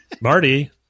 Marty